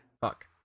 Fuck